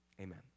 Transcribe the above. amen